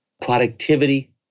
productivity